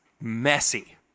messy